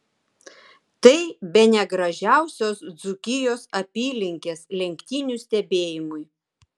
tai bene gražiausios dzūkijos apylinkės lenktynių stebėjimui